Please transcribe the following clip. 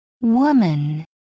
Woman